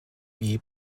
wie